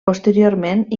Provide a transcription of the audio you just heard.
posteriorment